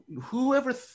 whoever